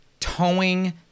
towing